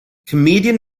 comedian